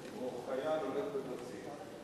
או חייל הולך בבסיס,